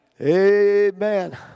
Amen